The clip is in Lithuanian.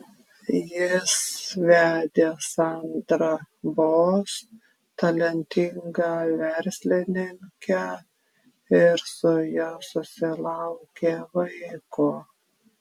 jis vedė sandrą boss talentingą verslininkę ir su ja susilaukė vaiko